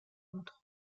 montre